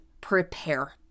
prepare